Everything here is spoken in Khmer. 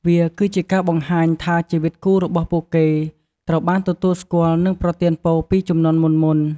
វាគឺជាការបង្ហាញថាជីវិតគូរបស់ពួកគេត្រូវបានទទួលស្គាល់ និងប្រទានពរពីជំនាន់មុនៗ។